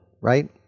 right